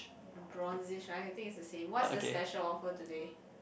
and bronzish right I think it's the same what's the special offer today